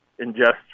ingest